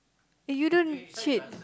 eh you don't cheat